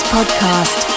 Podcast